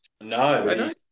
No